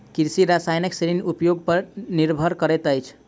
कृषि रसायनक श्रेणी उपयोग पर निर्भर करैत अछि